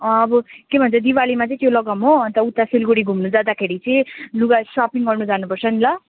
अब के भन्छ दीपावलीमा चाहिँ त्यो लगाऊँ हो अन्त उता सिलगड़ी घुम्नु जाँदाखेरि चाहिँ लुगा सपिङ गर्नु जानु पर्छ नि ल